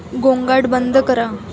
गोंगाट बंद करा